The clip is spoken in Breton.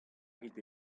rit